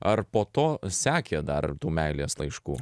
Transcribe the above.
ar po to sekė dar tų meilės laiškų